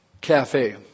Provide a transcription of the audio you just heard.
cafe